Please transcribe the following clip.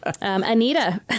Anita